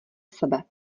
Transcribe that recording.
sebe